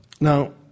Now